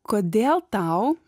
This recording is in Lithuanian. kodėl tau